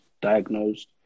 diagnosed